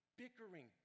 bickering